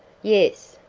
yes.